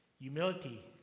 Humility